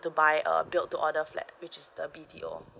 to buy a built to order flat which is the B_T_O